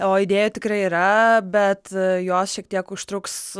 o idėjų tikrai yra bet jos šiek tiek užtruks